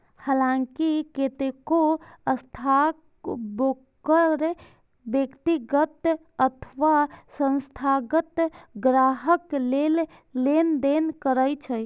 हलांकि कतेको स्टॉकब्रोकर व्यक्तिगत अथवा संस्थागत ग्राहक लेल लेनदेन करै छै